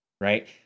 right